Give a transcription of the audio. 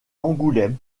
angoulême